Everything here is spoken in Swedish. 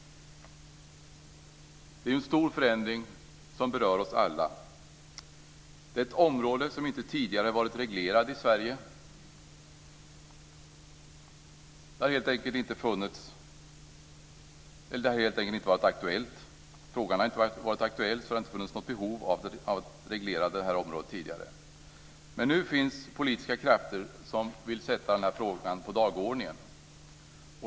Det är ju en stor förändring som berör oss alla. Det är ett område som inte tidigare har varit reglerat i Sverige. Det har helt enkelt inte varit aktuellt. Frågan har inte varit aktuell, så det har inte funnits något behov av att reglera det här området tidigare. Men nu finns det politiska krafter som vill sätta den här frågan på dagordningen.